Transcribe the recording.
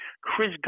Chris